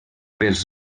pels